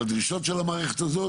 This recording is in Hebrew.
על דרישות המערכת האת.